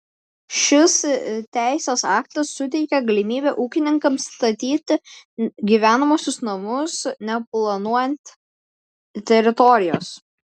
šis teisės aktas suteikia galimybę ūkininkams statyti gyvenamuosius namus neplanuojant teritorijos